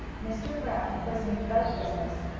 mr. brown was in the boat business.